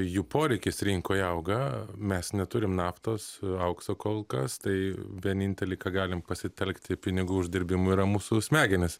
jų poreikis rinkoje auga mes neturim naftos aukso kol kas tai vienintelį ką galim pasitelkti pinigų uždirbimui yra mūsų smegenys